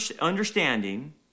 understanding